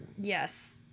Yes